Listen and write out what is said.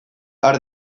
har